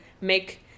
make